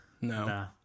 No